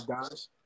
guys